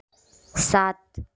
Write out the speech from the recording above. सात